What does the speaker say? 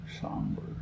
Somber